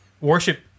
worship